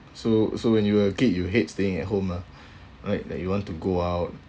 so so when you are a kid you hate staying at home ah right like you want to go out